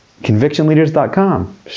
Convictionleaders.com